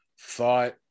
thought